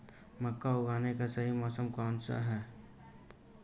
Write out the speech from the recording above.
मक्का उगाने का सही मौसम कौनसा है?